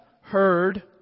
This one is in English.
heard